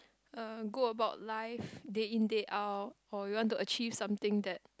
uh go about life day in day out or you want to achieve something that